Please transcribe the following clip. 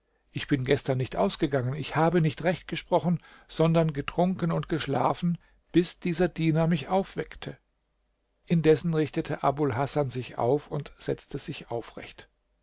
ich bin gestern nicht ausgegangen und habe nicht recht gesprochen sondern getrunken und geschlafen bis dieser diener mich aufweckte indessen richtete abul hasan sich auf und setzte sich aufrecht